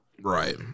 Right